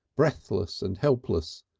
breathless and helpless,